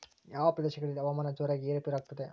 ಯಾವ ಪ್ರದೇಶಗಳಲ್ಲಿ ಹವಾಮಾನ ಜೋರಾಗಿ ಏರು ಪೇರು ಆಗ್ತದೆ?